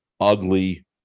ugly